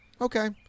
okay